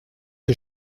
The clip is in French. que